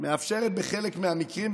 שמאפשרת בחלק מהמקרים,